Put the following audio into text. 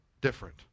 different